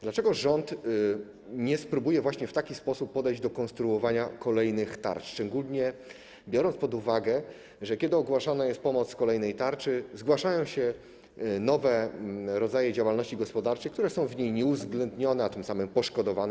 Dlaczego rząd nie spróbuje właśnie w taki sposób podejść do konstruowania kolejnych tarcz, szczególnie biorąc pod uwagę to, że kiedy ogłaszana jest pomoc z kolejnej tarczy, zgłaszają się nowe rodzaje działalności gospodarczej, które nie są w niej uwzględnione, a tym samym są poszkodowane.